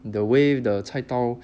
the way the 菜刀